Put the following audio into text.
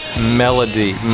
melody